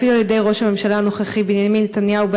אפילו על-ידי ראש הממשלה הנוכחי בנימין נתניהו,